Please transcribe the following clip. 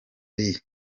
lee